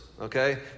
Okay